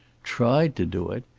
try to do it!